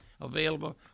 available